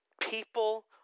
people